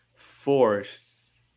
Force